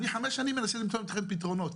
אני חמש שנים מנסה למצוא לכם פתרונות.